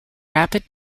rapid